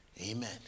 Amen